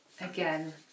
again